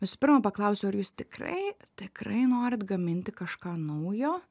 visų pirma paklausiu ar jūs tikrai tikrai norit gaminti kažką naujo